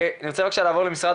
אני רוצה לעבור למשרד